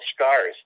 scars